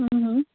हूं हूं